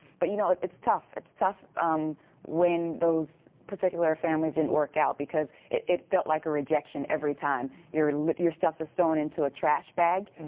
but you know it's tough it's tough when those particular families didn't work out because it it felt like a rejection every time. your ah your stuff is thrown into a trash bag.